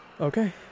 Okay